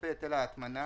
מכספי היטל ההטמנה,